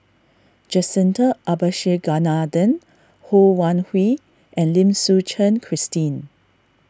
Jacintha Abisheganaden Ho Wan Hui and Lim Suchen Christine